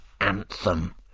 anthem